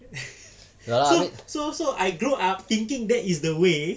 so so so I grow up thinking that is the way